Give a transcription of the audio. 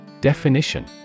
Definition